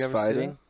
fighting